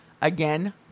Again